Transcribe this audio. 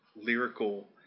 lyrical –